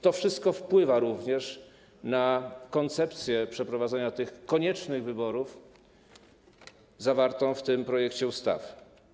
To wszystko wpływa również na koncepcję przeprowadzenia tych koniecznych wyborów, która jest zawarta w tym projekcie ustawy.